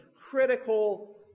critical